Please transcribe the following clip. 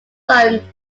son